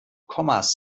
kommas